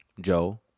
Joe